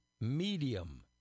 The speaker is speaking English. medium